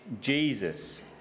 Jesus